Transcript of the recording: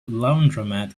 laundromat